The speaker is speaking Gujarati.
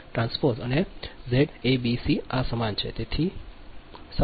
અને ઝૅએબીસી આના સમાન છે